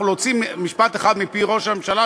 להוציא משפט אחד מפי ראש הממשלה,